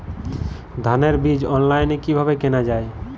ধানের বীজ অনলাইনে কিভাবে কেনা যায়?